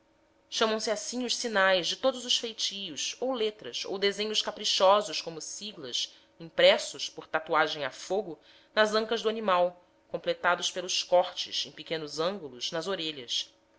chamam-se assim os sinais de todos os feitios ou letras ou desenhos caprichosos como siglas impressas por tatuagem a fogo nas ancas do animal completados pelos cortes em pequenos ângulos nas orelhas